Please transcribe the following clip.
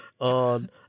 on